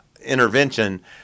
intervention